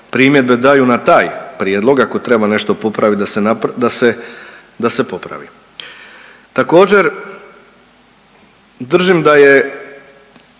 primjedbe daju na taj prijedlog ako treba nešto popraviti da se, da se popravi. Također držim da je,